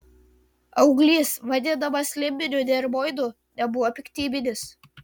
auglys vadinamas limbiniu dermoidu nebuvo piktybinis